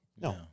No